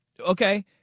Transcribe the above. okay